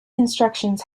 instructions